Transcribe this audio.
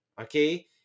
okay